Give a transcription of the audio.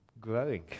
growing